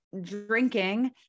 drinking